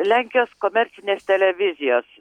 lenkijos komercinės televizijos